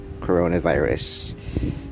coronavirus